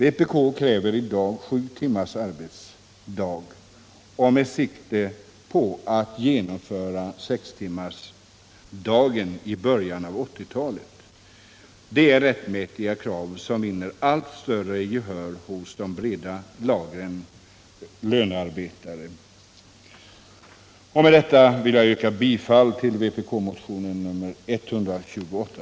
Vpk kräver i dag sju timmars arbetsdag med sikte på genomförandet av sextimmarsdagen i början av 1980-talet. Detta är rättmätiga krav som vinner allt större gehör hos de breda lagren lönearbetare. Med detta vill jag yrka bifall till vpk-motionen 128.